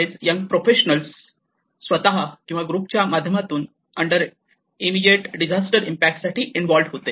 बरेच young professionals स्वतः किंवा ग्रुपच्या माध्यमातून अंडर इंमेडिएट डिजास्टर इम्पॅक्ट साठी इंवॉल्वड होते